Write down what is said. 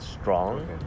strong